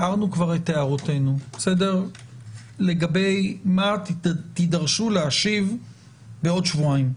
הערנו כבר את הערותינו לגבי מה תידרשו להשיב בעוד שבועיים,